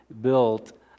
built